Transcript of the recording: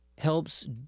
helps –